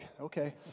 okay